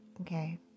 Okay